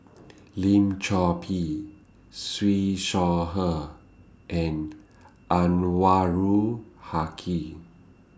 Lim Chor Pee Siew Shaw Her and Anwarul Haque